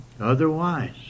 Otherwise